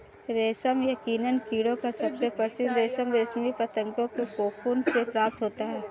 रेशम यकीनन कीड़ों का सबसे प्रसिद्ध रेशम रेशमी पतंगों के कोकून से प्राप्त होता है